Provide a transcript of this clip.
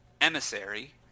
Emissary